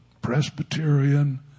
Presbyterian